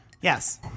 Yes